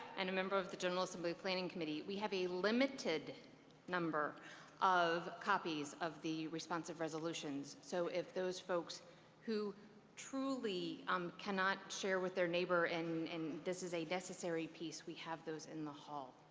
and a member of the general assembly's planning committee. we have a limited number of copies of the responsive resolutions, so if those folks who truly um cannot share with their neighbor and this is a necessary piece, we have those in the hall.